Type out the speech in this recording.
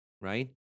right